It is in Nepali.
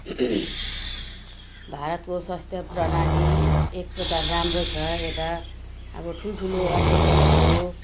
भारतको स्वास्थ्य प्रणाली एक प्रकार राम्रै छ यता अब ठुल्ठुलो अप्रेसनहरू